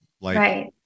Right